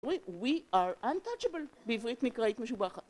We are untouchable, בעברית מקראית משובחת.